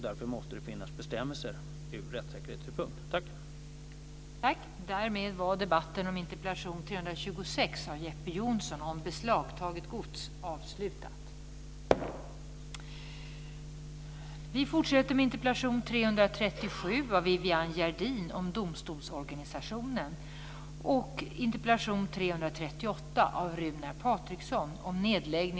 Det måste därför ur rättssäkerhetssynpunkt finnas bestämmelser.